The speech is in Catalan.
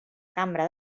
cambra